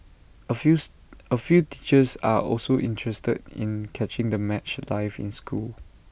A fews A few teachers are also interested in catching the match live in school